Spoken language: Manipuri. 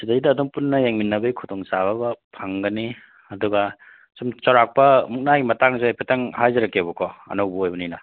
ꯁꯤꯗꯩꯗ ꯑꯗꯨꯝ ꯄꯨꯟꯅ ꯌꯦꯡꯃꯤꯟꯅꯕꯒꯤ ꯈꯨꯗꯣꯡꯆꯥꯕ ꯐꯪꯒꯅꯤ ꯑꯗꯨꯒ ꯁꯨꯝ ꯆꯥꯎꯔꯥꯛꯄ ꯃꯨꯛꯅꯥꯒꯤ ꯃꯇꯥꯡꯁꯦ ꯈꯤꯇꯪ ꯍꯥꯏꯖꯔꯛꯀꯦꯕꯀꯣ ꯑꯅꯧꯕ ꯑꯣꯏꯕꯅꯤꯅ